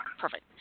perfect